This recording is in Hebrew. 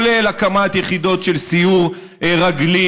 כולל הקמת יחידות של סיור רגלי,